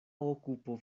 okupo